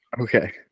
Okay